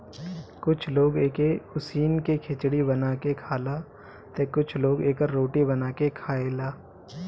कुछ लोग एके उसिन के खिचड़ी बना के खाला तअ कुछ लोग एकर रोटी बना के खाएला